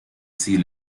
sea